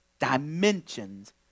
dimensions